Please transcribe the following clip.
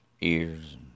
ears